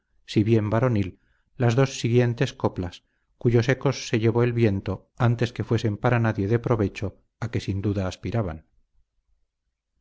si bien varonil las dos siguientes coplas cuyos ecos se llevó el viento antes que fuesen para nadie de provecho a que sin duda aspiraban